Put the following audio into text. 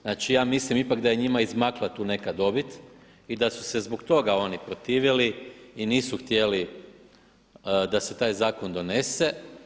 Znači ja mislim ipak da je njima izmakla tu neka dobit i da su se zbog toga oni protivili i nisu htjeli da se taj zakon donese.